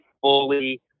fully